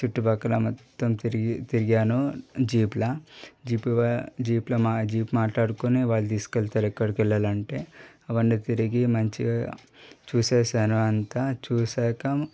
చుట్టుపక్కల మొత్తం తిరిగి తిరిగాను జీప్లో జీప్ మాట్లాడుకుని వాళ్ళు తీసుకెళ్తారు ఎక్కడికి వెళ్ళాలంటే అవన్ని తిరిగి మంచిగా చూసేసాను అంతా చూశాక